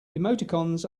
emoticons